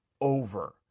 over